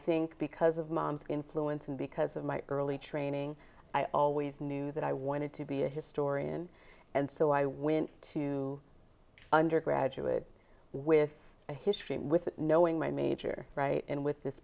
think because of my influence and because of my early training i always knew that i wanted to be a historian and so i went to undergraduate with a history with knowing my major in with this